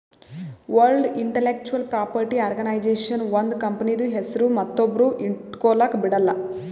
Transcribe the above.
world intellectual property organisation ಒಂದ್ ಕಂಪನಿದು ಹೆಸ್ರು ಮತ್ತೊಬ್ರು ಇಟ್ಗೊಲಕ್ ಬಿಡಲ್ಲ